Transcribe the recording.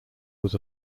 was